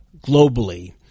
globally –